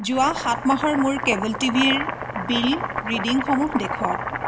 যোৱা সাত মাহৰ মোৰ কেব'ল টি ভিৰ বিল ৰিডিংসমূহ দেখুৱাওক